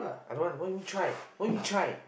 I don't want what do you mean try